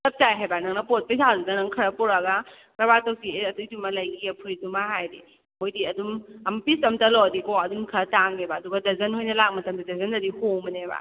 ꯆꯞ ꯆꯥꯏ ꯍꯥꯏꯕ ꯅꯪꯅ ꯄꯣꯠ ꯄꯩꯁꯥꯗꯨꯗ ꯅꯪ ꯈꯔꯥ ꯄꯣꯔꯛꯑꯒ ꯀꯔꯕꯥꯔ ꯇꯧꯁꯤ ꯑꯦ ꯑꯗꯨꯏꯗꯨꯃ ꯂꯩꯈꯤꯒꯦ ꯐꯨꯔꯤꯠꯇꯨꯃ ꯍꯥꯏꯔꯗꯤ ꯃꯣꯏꯗꯤ ꯑꯗꯨꯝ ꯄꯤꯁ ꯑꯃꯇꯪ ꯂꯧꯔꯗꯤꯀꯣ ꯑꯗꯨꯝ ꯈꯔ ꯇꯥꯡꯉꯦꯕ ꯑꯗꯨꯒ ꯗꯔꯖꯟ ꯑꯣꯏꯅ ꯂꯥꯛ ꯃꯇꯝꯗꯗꯤ ꯗꯔꯖꯟꯗꯗꯤ ꯍꯣꯡꯕꯅꯦꯕ